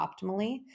optimally